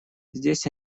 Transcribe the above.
здесь